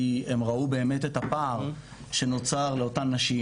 כי הם ראו באמת את הפער שנוצר לאותן נשים,